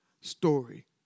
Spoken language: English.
story